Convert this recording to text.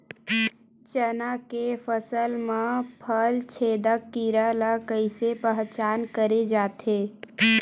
चना के फसल म फल छेदक कीरा ल कइसे पहचान करे जाथे?